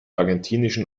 argentinischen